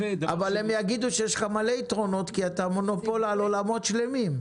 אבל הם יגידו שיש לך המון יתרונות כי אתה מונופול על עולמות שלמים,